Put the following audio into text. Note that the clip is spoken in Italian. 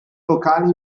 locale